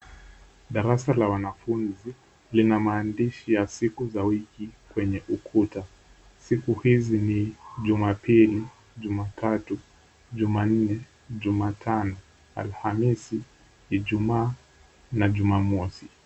Darasa la wanafunzi lina maandishi ya siku za wiki kwenye ukuta. Siku hizi ni Jumapili, Jumatatu, Jumanne, Jumatano, Alhamisi, Ijumaa na Jumamosi.